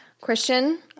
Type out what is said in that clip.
Christian